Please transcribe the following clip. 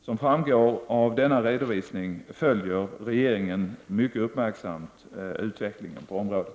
Som framgår av denna redovisning följer regeringen mycket uppmärksamt utvecklingen på området.